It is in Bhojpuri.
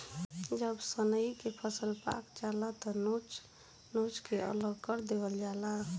जब सनइ के फसल पाक जाला त नोच नोच के अलग कर देवल जाला